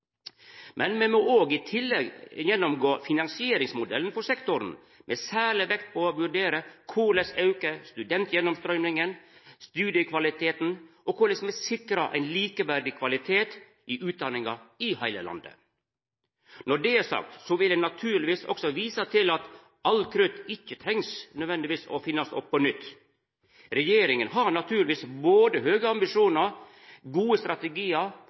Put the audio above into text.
Men me må òg i tillegg gjennomgå finansieringsmodellen for sektoren, med særleg vekt på å vurdera korleis me kan auka studentgjennomstrøyminga, studiekvaliteten og korleis me sikrar ein likeverdig kvalitet i utdanninga i heile landet. Når det er sagt, vil eg naturlegvis også visa til at ikkje alt krut nødvendigvis trengst å bli funne opp på nytt. Regjeringa har naturlegvis både høge ambisjonar, gode strategiar